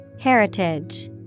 Heritage